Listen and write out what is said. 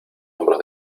hombros